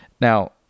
Now